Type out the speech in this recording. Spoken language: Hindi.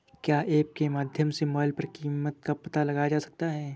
क्या ऐप के माध्यम से मोबाइल पर कीमत का पता लगाया जा सकता है?